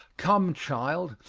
come, child,